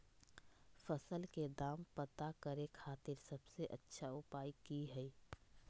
फसल के दाम पता करे खातिर सबसे अच्छा उपाय की हय?